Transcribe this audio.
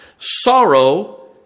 Sorrow